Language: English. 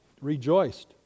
rejoiced